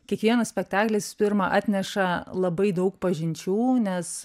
kiekvienas spektaklis pirma atneša labai daug pažinčių nes